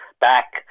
back